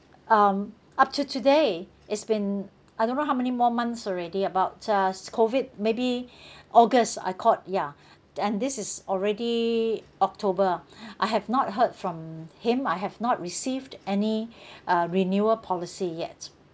um up to today it's been I don't know how many more months already about a s~ COVID maybe august I called ya and this is already october I have not heard from him I have not received any uh renewal policy yet